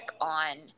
on